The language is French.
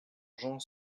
jean